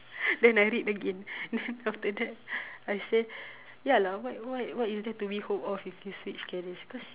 then I read again then after that I say ya lah what what what is there to be hope of if you switch careers because